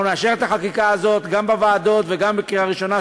אנחנו נאשר את החקיקה הזאת גם בוועדות וגם בקריאה ראשונה,